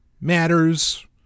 matters